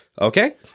Okay